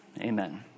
Amen